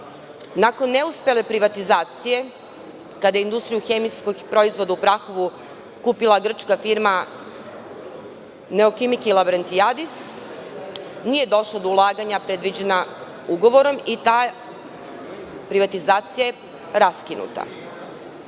Nakon neuspele privatizacije, kada je „Industriju hemijskih proizvoda“ u Prahovu kupila grčka firma „Neokimiki lavrentijadis“ nije došlo do ulaganja predviđenih ugovorom i ta privatizacija je raskinuta,